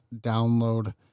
download